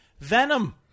Venom